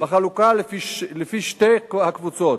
בחלוקה לפי שתי הקבוצות,